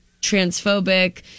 transphobic